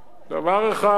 ההוא לשלום.